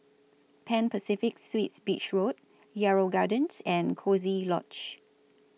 Pan Pacific Suites Beach Road Yarrow Gardens and Coziee Lodge